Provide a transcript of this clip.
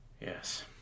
Yes